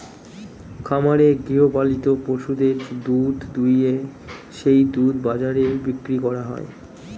খামারে গৃহপালিত পশুদের দুধ দুইয়ে সেই দুধ বাজারে বিক্রি করা হয়